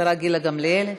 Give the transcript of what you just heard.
השרה גילה גמליאל.